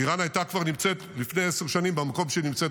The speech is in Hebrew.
איראן הייתה כבר נמצאת לפני עשר שנים במקום שהיא נמצאת